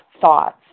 thoughts